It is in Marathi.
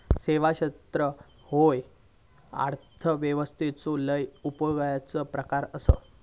सेवा क्षेत्र ह्यो अर्थव्यवस्थेचो लय उपयोगाचो प्रकार आसा